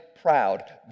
proud